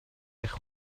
eich